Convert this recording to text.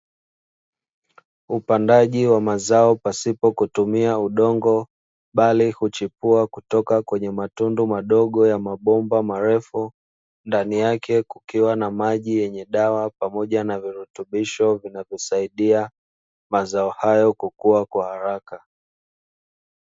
Upandaji wa mazao pasipo kutumia udogo, bali huchipua kutoka kwenye matundu madogo ya mabomba marefu, ndani yake kukiwa na maji yenye dawa pamoja na virutubisho, vinavyosaidia mazao hayo kukua kwa haraka.